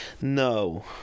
No